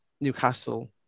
Newcastle